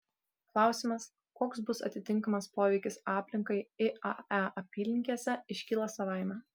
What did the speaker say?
klausimas koks bus atitinkamas poveikis aplinkai iae apylinkėse iškyla savaime